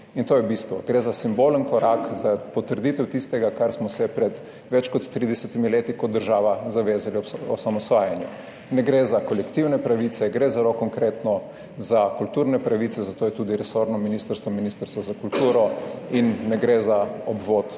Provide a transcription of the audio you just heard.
In to je bistvo. Gre za simbolen korak, za potrditev tistega, čemur smo se pred več kot 30 leti kot država zavezali ob osamosvajanju. Ne gre za kolektivne pravice, gre zelo konkretno za kulturne pravice, zato je tudi resorno ministrstvo Ministrstvo za kulturo, in ne gre za obvod